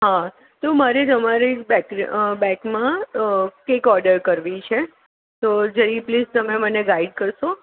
હા તો મારે તમારે બેક બેકમાં કેક ઓર્ડર કરવી છે તો જરી પ્લીઝ તમે મને ગાઇડ કરશો